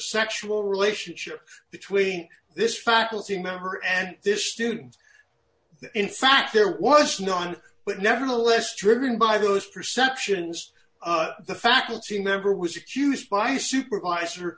sexual relationship between this faculty member and this student in fact there was none but nevertheless driven by those perceptions the faculty member was accused by supervisor